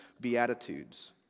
beatitudes